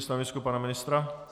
Stanovisko pana ministra?